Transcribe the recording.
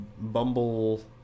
bumble